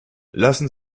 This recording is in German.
lassen